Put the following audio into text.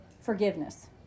forgiveness